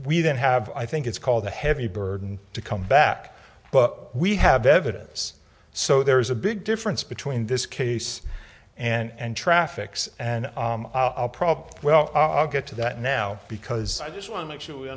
we don't have i think it's called a heavy burden to come back but we have evidence so there is a big difference between this case and traffic's and our problems well i'll get to that now because i just want to make sure we